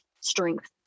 strength